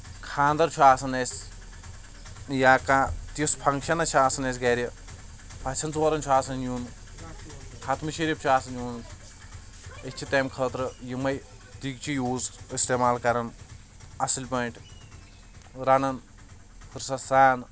خانٛدَر چھُ آسان اسہِ یا کانٛہہ تِژھ فَنٛکشَنا چھ آسان اسہِ گَرِ پَژھٮ۪ن ژورَن چھُ آسان یُن خَتمہٕ شٔریٖف چھُ آسان یُن أسۍ چھِ تَمہِ خٲطرٕ یِمےٕ دیٖگچہِ یوٗز اِستعمال کَران اَصٕل پٲٹھۍ رَنان فُرصت سان